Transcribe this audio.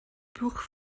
blwch